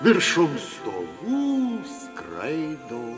viršum stogų skraido